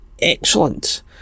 excellent